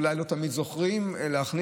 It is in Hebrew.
אולי לא תמיד זוכרים להחזיר.